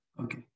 Okay